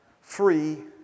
free